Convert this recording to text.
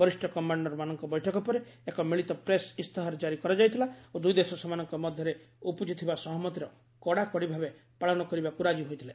ବରିଷ୍ଠ କମାଣ୍ଡରମାନଙ୍କ ବୈଠକ ପରେ ଏକ ମିଳିତ ପ୍ରେସ୍ ଇସ୍ତାହାର କାରି କରାଯାଇଥିଲା ଓ ଦୁଇଦେଶ ସେମାନଙ୍କ ମଧ୍ୟରେ ଉପୁଜିଥିବା ସହମତିର କଡ଼ାକଡ଼ି ଭାବେ ପାଳନ କରିବାକୁ ରାଜି ହୋଇଥିଲେ